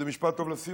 זה משפט טוב לסיום?